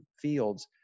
fields